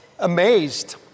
amazed